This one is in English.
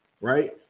right